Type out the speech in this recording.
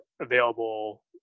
available